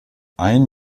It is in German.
ein